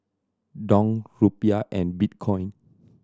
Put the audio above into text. Dong Rupiah and Bitcoin